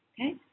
okay